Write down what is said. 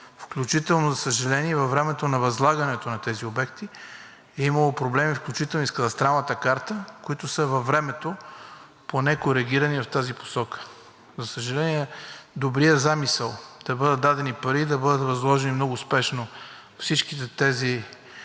отчуждаване. За съжаление, във времето на възлагането на тези обекти е имало проблеми включително и с кадастралната карта, които са във времето поне коригирани в тази посока. За съжаление, добрият замисъл да бъдат дадени пари, да бъдат възложени много спешно всичките тези